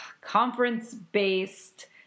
conference-based